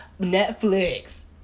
Netflix